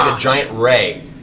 um giant ray,